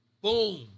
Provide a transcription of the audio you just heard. boom